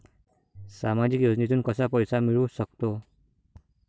सामाजिक योजनेतून कसा पैसा मिळू सकतो?